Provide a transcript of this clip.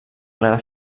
clara